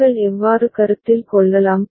நீங்கள் எவ்வாறு கருத்தில் கொள்ளலாம்